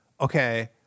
okay